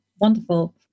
wonderful